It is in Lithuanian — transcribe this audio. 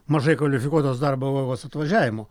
mažai kvalifikuotos darbo vovos atvažiavimu